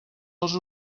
els